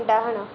ଡାହାଣ